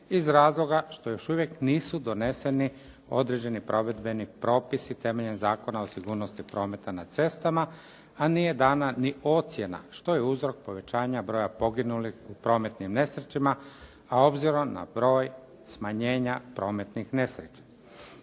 iz razloga što još uvijek nisu doneseni određeni provedbeni propisi temeljem Zakona o sigurnosti prometa na cestama, a nije dana ni ocjena, što je uzrok povećanja broja poginulih u prometnim nesrećama, a obzirom na broj smanjenja prometnih nesreća.